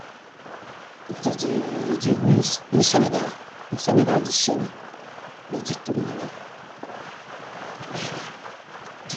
Ínźe źíi- źíhuyus niseneġaa. Niseneġaa źiŝeŋe, dóźiturnele, nimbeilaa.